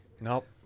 Nope